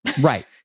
Right